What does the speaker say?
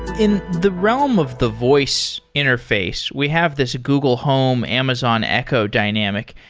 in the realm of the voice interface, we have this google home, amazon echo dynamic.